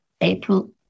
April